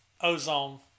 ozone